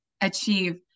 achieve